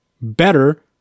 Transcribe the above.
better